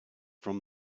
from